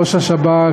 ראש השב"כ,